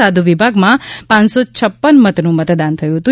સાધુ વિભાગમાં પપ્ટ મતનું મતદાન થયું હતું